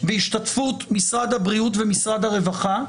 בהשתתפות משרד הבריאות ומשרד הרווחה,